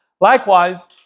Likewise